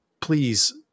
please